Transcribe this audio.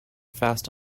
fast